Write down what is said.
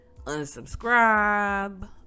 unsubscribe